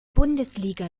bundesliga